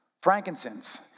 Frankincense